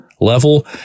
level